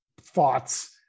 thoughts